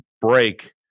break